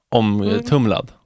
omtumlad